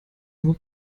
nur